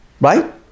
Right